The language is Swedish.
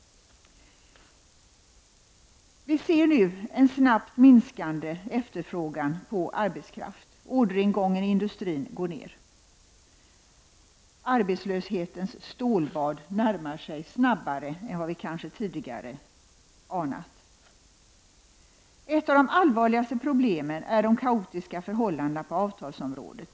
Vi ser nu en snabbt minskande efterfrågan på arbetskraft. Orderingången i industrin går ned. Arbetslöshetens stålbad närmar sig snabbare än vad vi tidigare kanske anade. Ett av de allvarligaste problemen är de kaotiska förhållandena på avtalsområdet.